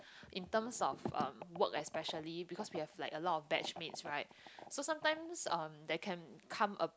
in terms of um work especially because we have like a lot of batchmates right so sometimes um there can come a